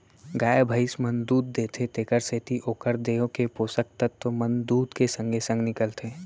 गाय भइंस मन दूद देथे तेकरे सेती ओकर देंव के पोसक तत्व मन दूद के संगे संग निकलथें